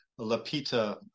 Lapita